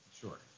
Sure